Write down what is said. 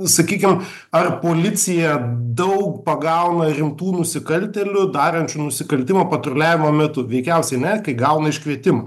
sakykim ar policija daug pagauna rimtų nusikaltėlių darančių nusikaltimą patruliavimo metu veikiausiai ne kai gauna iškvietimą